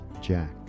jack